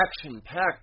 action-packed